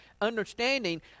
understanding